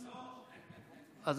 לא.